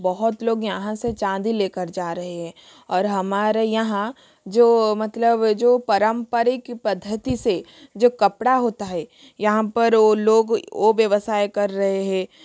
बहुत लोग यहाँ से चाँदी लेकर जा रहे है और हमारे यहाँ जो मतलब जो पारंपरिक पद्धति से जो कपड़ा होता है यहाँ पर वो लोग ओ व्यवसाय कर रहे है